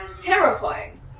terrifying